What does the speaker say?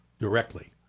directly